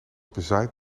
bezaaid